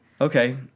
Okay